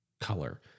color